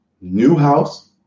Newhouse